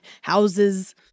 houses